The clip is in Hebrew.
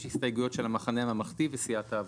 יש הסתייגויות של המחנה הממלכתי וסיעת העבודה.